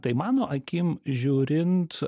tai mano akim žiūrint